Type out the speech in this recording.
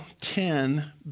ten